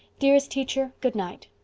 dearest teacher, good night.